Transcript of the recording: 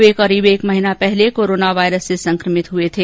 वे करीब एक महीने पहले कोरोना वायरस से संक्रमित हुए थे